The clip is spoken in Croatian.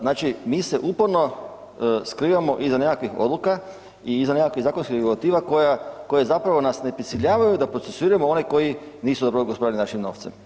Znači mi se uporno skrivamo iza nekakvih odluka i iza nekakvih zakonskih regulativa koje nas ne prisiljavaju da procesuiramo one koji nisu dobro gospodarili našim novcem.